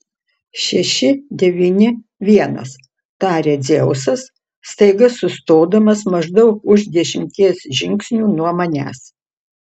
šeši devyni vienas taria dzeusas staiga sustodamas maždaug už dešimties žingsnių nuo manęs